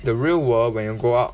the real world when you go out